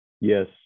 Yes